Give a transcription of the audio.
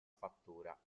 fattura